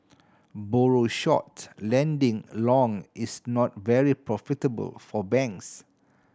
borrow short lending long is not very profitable for banks